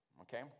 Okay